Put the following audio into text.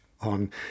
on